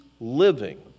living